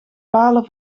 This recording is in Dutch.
palen